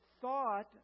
thought